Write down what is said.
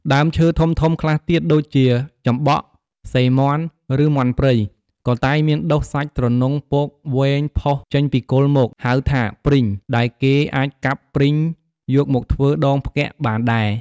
ដើមឈើធំៗខ្លះទៀត ដូចជាចំបក់ សេមាន់ ឬមាន់ព្រៃ ក៏តែងមានដុះសាច់ទ្រនុងពកវែងផុសចេញពីគល់មក ហៅថាព្រីង ដែលគេអាចកាប់ព្រីងយកមកធ្វើដងផ្គាក់បានដែរ ។